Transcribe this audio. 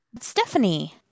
stephanie